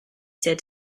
said